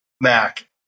Mac